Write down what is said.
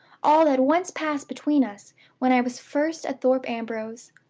all that once passed between us when i was first at thorpe ambrose.